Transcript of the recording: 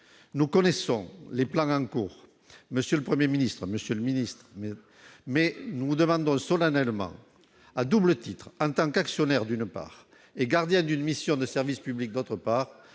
Nous connaissons les plans en cours, monsieur le ministre, mais nous vous demandons solennellement, à double titre, en tant qu'actionnaire, d'une part, et en tant que gardien d'une mission de service public, d'autre part,